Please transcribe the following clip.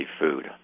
food